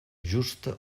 justa